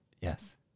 Yes